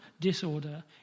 disorder